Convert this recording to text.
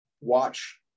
watch